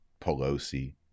Pelosi